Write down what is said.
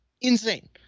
insane